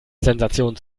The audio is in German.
sensation